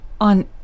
on